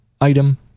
item